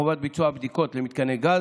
חובת ביצוע בדיקות למתקני גז.